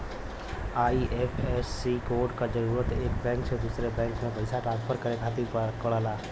IFSC code क जरूरत एक बैंक से दूसरे बैंक में पइसा ट्रांसफर करे खातिर पड़ला